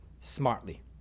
smartly